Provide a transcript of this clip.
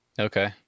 Okay